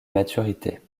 maturité